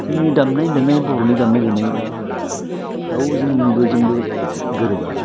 जोंनि दामनाय देनाय बर'नि दामनाय देनाया रावजोंनिजोंबो गोरोबा